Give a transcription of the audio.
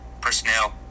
personnel